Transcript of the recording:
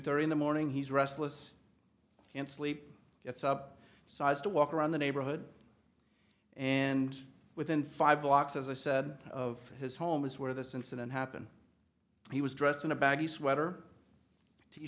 thirty in the morning he's restless can't sleep gets up so as to walk around the neighborhood and within five blocks as i said of his home is where this incident happened he was dressed in a baggy sweater t